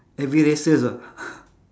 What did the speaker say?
everywhere sells ah